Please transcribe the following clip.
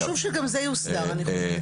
חשוב שגם זה יוסדר, אני חושבת.